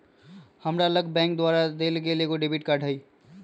हमरा लग बैंक द्वारा देल गेल एगो डेबिट कार्ड हइ